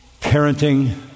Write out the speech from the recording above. parenting